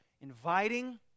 inviting